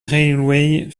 railway